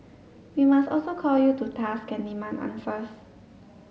we must also call you to task and demand answers